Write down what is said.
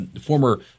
former